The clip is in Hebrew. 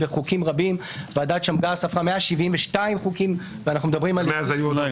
ובחוקים רבים ועדת שמגר ספרה 172 חוקים -- מאז היו עוד רבים.